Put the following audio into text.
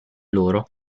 loro